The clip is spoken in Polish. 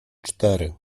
cztery